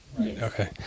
Okay